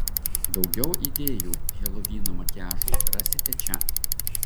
daugiau idėjų helovyno makiažui rasite čia